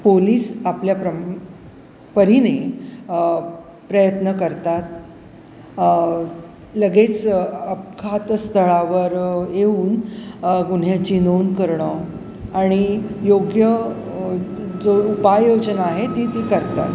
police आपल्या प्रिने प्रयत्न करतात लगेच अपखात स्थळावर येऊन गुन्याची नोंद करणं आणि योग्य जो उपाय योजना आहे ती ती करतात